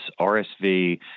RSV